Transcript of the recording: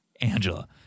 Angela